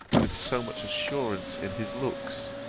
with so much assurance in his looks